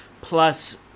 plus